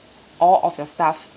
all of your staff